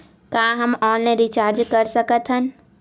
का हम online recharge कर सकत हन?